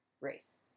race